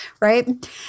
right